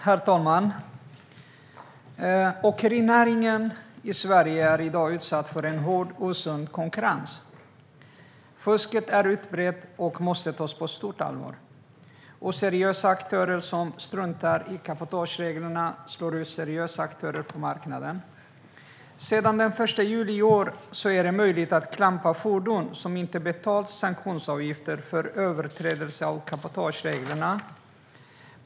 Herr talman! Åkerinäringen i Sverige är i dag utsatt för en hård osund konkurrens. Fusket är utbrett och måste tas på stort allvar. Oseriösa aktörer som struntar i cabotagereglerna slår ut seriösa aktörer på marknaden. Sedan den 1 juli i år är det möjligt att klampa fordon om man inte har betalat sanktionsavgifter för överträdelse av cabotagereglerna.